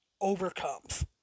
overcomes